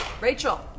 rachel